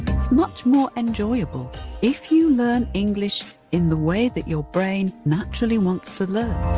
it's much more enjoyable if you learn english in the way that your brain naturally wants to learn.